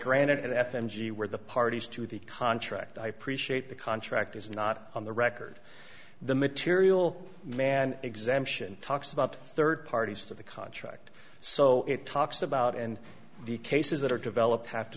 granted f and g were the parties to the contract i appreciate the contract is not on the record the material man exemption talks about third parties to the contract so it talks about and the cases that are developed have to